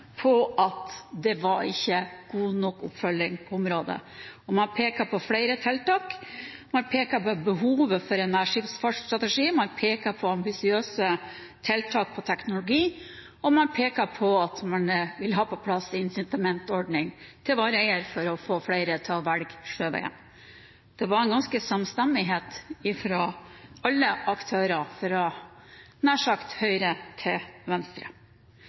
på at det ikke var god nok oppfølging på området. Man pekte på flere tiltak. Man pekte på behovet for en nærskipsfartsstrategi, man pekte på ambisiøse tiltak på teknologi, og man pekte på at man ville ha på plass en incitamentsordning til hver eier for å få flere til å velge sjøveien. Det var ganske samstemt fra alle aktører fra – nær sagt – høyre til venstre.